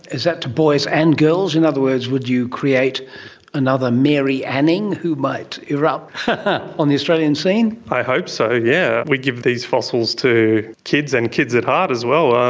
is that to boys and girls? in other words, would you create another mary anning who might erupt on the australian scene? i hope so, yeah, we give these fossils to kids, and kids at heart as well.